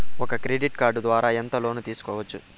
ఒక credit card ద్వారా ఎంత లోను తీసుకోవచ్చు?